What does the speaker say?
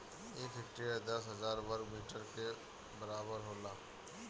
एक हेक्टेयर दस हजार वर्ग मीटर के बराबर होला